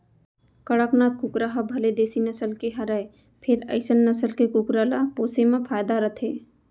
कड़कनाथ कुकरा ह भले देसी नसल के हरय फेर अइसन नसल के कुकरा ल पोसे म फायदा रथे